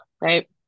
right